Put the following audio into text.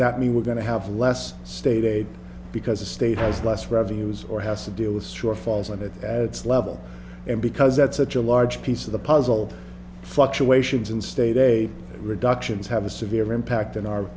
that mean we're going to have less state aid because the state has less revenues or has to deal with shortfalls in it as its level and because that's such a large piece of the puzzle fluctuations in state a reduction is have a severe impact on our